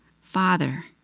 Father